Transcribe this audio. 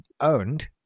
owned